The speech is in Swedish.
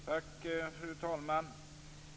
Fru talman!